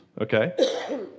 Okay